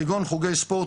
כגון חוגי ספורט,